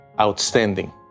outstanding